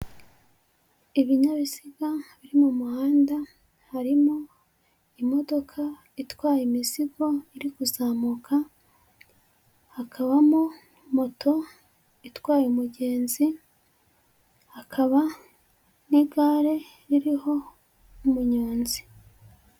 Ibinyabiziga biri mu muhanda harimo imodoka itwaye imizigo, iri kuzamuka hakabamo moto itwaye umugenzi, hakaba n'igare ririho umunyonzi.